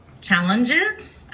challenges